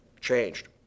changed